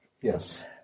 Yes